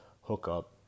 hookup